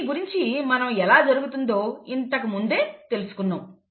దీని గురించి మనం ఎలా జరుగుతుందో ఇంత ఇంతకుముందే తెలుసుకున్నాం